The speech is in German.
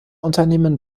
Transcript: unternehmen